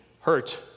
hurt